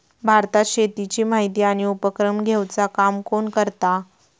भारतात शेतीची माहिती आणि उपक्रम घेवचा काम कोण करता?